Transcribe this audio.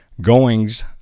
Goings